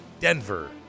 Denver